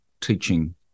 teaching